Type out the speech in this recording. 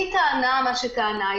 היא טענה מה שטענה,